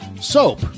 Soap